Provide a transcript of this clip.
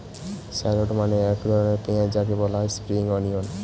shallot মানে এক ধরনের পেঁয়াজ যাকে বলা হয় স্প্রিং অনিয়ন